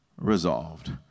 resolved